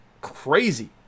crazy